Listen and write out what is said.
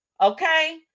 Okay